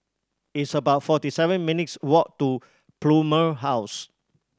it's about forty seven minutes' walk to Plumer House